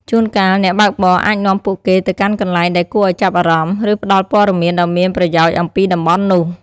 ជួនកាល អ្នកបើកបរអាចនាំពួកគេទៅកាន់កន្លែងដែលគួរឱ្យចាប់អារម្មណ៍ ឬផ្ដល់ព័ត៌មានដ៏មានប្រយោជន៍អំពីតំបន់នោះ។